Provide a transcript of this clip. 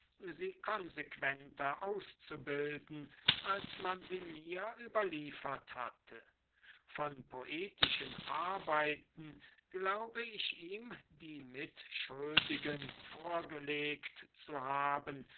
sie konsequenter auszubilden als man sie mir überliefert hatte von poetischen arbeiten glaube ich ihm die mitschuldigen vorgelegt zu haben